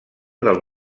del